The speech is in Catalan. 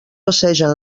passegen